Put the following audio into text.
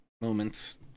moments